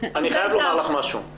אני חייב לומר לך משהו.